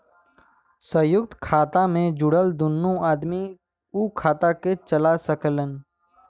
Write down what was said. संयुक्त खाता मे जुड़ल दुन्नो आदमी उ खाता के चला सकलन